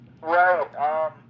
Right